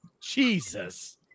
Jesus